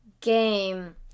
game